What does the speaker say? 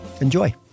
enjoy